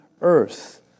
earth